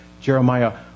Jeremiah